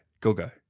Gogo